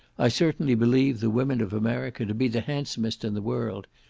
i certainly believe the women of america to be the handsomest in the world,